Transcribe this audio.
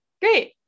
Great